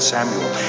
Samuel